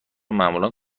معمولا